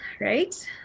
right